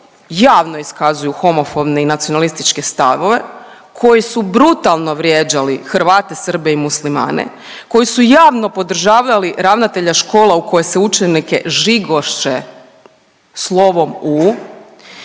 javno iskazuju homofobne i nacionalističke stavove koji su brutalno vrijeđali Hrvate, Srbe i Muslimane, koji su javno podržavali ravnatelja škola u kojoj se učenike žigoše slovom